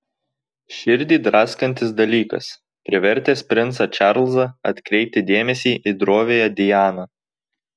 širdį draskantis dalykas privertęs princą čarlzą atkreipti dėmesį į droviąją dianą